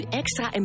extra